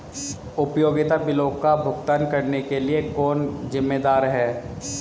उपयोगिता बिलों का भुगतान करने के लिए कौन जिम्मेदार है?